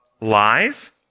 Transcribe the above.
lies